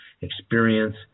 experience